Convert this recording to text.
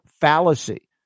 fallacy